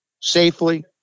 safely